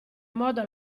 modo